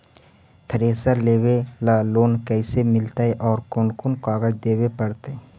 Thresher लेबे ल loan कैसे मिलतइ और कोन कोन कागज देबे पड़तै?